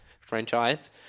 Franchise